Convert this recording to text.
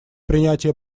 принятия